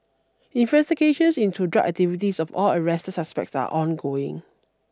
investigations into drug activities of all arrested suspects are ongoing